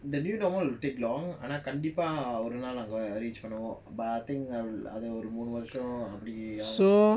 the new normal will take long ஆனாகண்டிப்பாஒருநாள்அங்க:ana kandipa orunal anga but I think I will அதுஒருமூணுவருஷம்அப்டி:adhu oru moonu varusam apdi